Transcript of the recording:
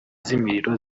z’imiriro